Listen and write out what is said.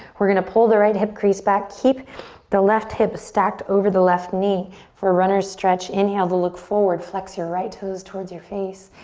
we're gonna pull the right hip crease back, keep the left hip stacked over the left knee for a runner's stretch, inhale to look forward, flex your right toes towards your face.